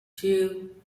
two